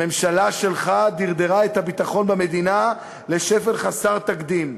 הממשלה שלך דרדרה את הביטחון במדינה לשפל חסר תקדים.